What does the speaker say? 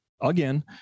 again